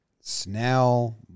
Snell